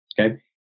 okay